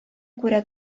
күрә